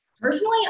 Personally